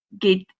get